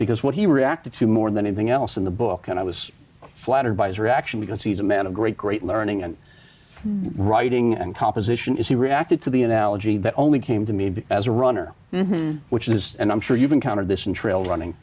because what he reacted to more than anything else in the book and i was flattered by his reaction because he's a man of great great learning and writing and composition is he reacted to the analogy that only came to me as a runner which is and i'm sure you've encountered this in trail running